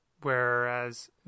whereas